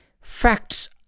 facts